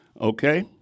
okay